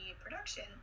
production